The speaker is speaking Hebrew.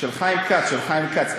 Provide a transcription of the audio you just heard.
של חיים כץ, של חיים כץ.